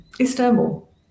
Istanbul